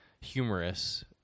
humorous